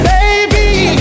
Baby